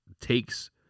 takes